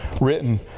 written